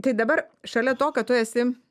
tai dabar šalia to kad tu esi